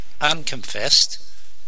unconfessed